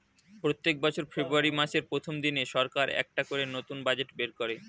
প্রত্যেক বছর ফেব্রুয়ারি মাসের প্রথম দিনে সরকার একটা করে নতুন বাজেট বের করে